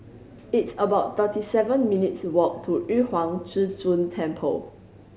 it's about thirty seven minutes' walk to Yu Huang Zhi Zun Temple